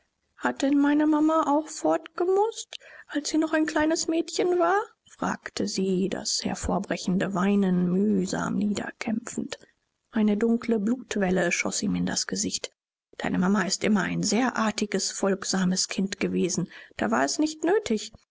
hat denn meine mama auch fortgemußt als sie noch ein kleines mädchen war fragte sie das hervorbrechende weinen mühsam niederkämpfend eine dunkle blutwelle schoß ihm in das gesicht deine mama ist immer ein sehr artiges folgsames kind gewesen da war es nicht nötig